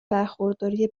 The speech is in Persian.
برخورداری